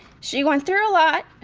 she went through a lot